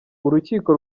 urukiko